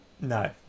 No